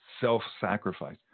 self-sacrifice